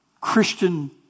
Christian